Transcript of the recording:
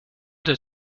did